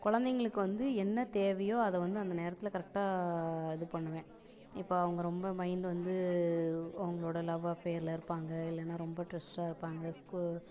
குழந்தைங்களுக்கு வந்து என்ன தேவையோ அதை வந்து அந்த நேரத்தில் கரெக்டாக இது பண்ணுவேன் இப்போ அவங்க ரொம்ப மைண்ட் வந்து அவங்களோட லவ் அஃபேரில் இருப்பாங்க இல்லைனா ரொம்ப ட்ரஷ்ஷாக இருப்பாங்க ஸ்கூ